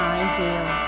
ideal